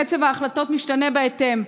קצב ההחלטות משתנה בהתאם.